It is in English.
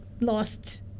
lost